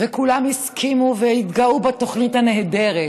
וכולם הסכימו והתגאו בתוכנית הנהדרת,